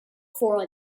for